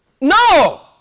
No